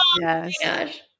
Yes